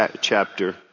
chapter